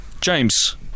James